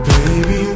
Baby